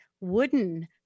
wooden